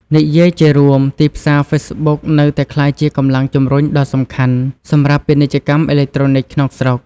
និយាយជារួម ទីផ្សារហ្វេសប៊ុកនៅតែក្លាយជាកម្លាំងជំរុញដ៏សំខាន់សម្រាប់ពាណិជ្ជកម្មអេឡិចត្រូនិកក្នុងស្រុក។